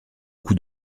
coup